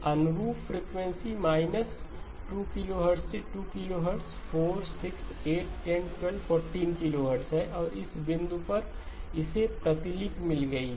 अनुरूप frequency −2kHz से 2kHz 4 6 810 1214 kHz है और इस बिंदु पर इसे प्रतिलिपि मिल गई है